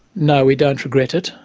no, we don't regret it.